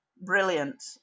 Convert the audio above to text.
brilliant